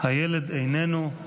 "הילד איננו,